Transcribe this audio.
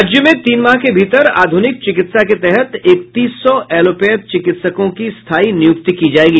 राज्य में तीन माह के भीतर आध्रनिक चिकित्सा के तहत इकतीस सौ एलोपैथ चिकित्सकों की स्थायी नियुक्ति की जायेगी